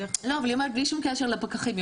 אבל בלי שום קשר לפקחים,